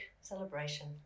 celebration